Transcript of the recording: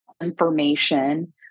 information